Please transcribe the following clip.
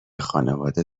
خانواده